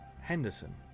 Henderson